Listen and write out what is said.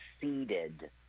seated